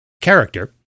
character